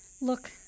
Look